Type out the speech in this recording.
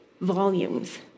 volumes